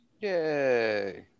Yay